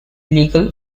legal